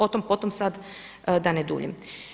O tom, potom sad da ne duljim.